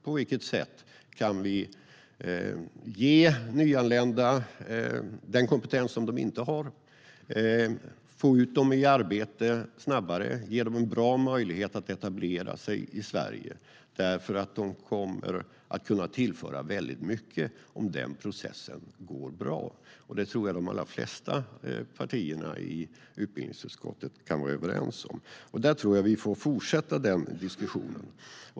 På vilket sätt kan vi ge nyanlända den kompetens som de inte har, snabbare få ut dem i arbete och ge dem bra möjligheter att etablera sig i Sverige? De kommer att kunna tillföra väldigt mycket om den processen går bra. Det tror jag att de allra flesta av partierna i utbildningsutskottet kan vara överens om, och där tror jag att vi får fortsätta den diskussionen.